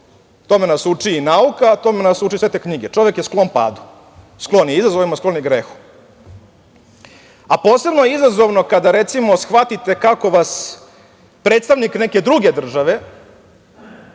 tome nas uči nauka i tome nas uče sve te knjige, čovek je sklon padu, sklon je izazovima, sklon je grehu. Posebno je izazovno kada, recimo shvatite kako vas predstavnik neke druge države